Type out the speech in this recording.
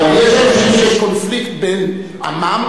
אבל יש אנשים שיש קונפליקט בין עמם,